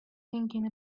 thinking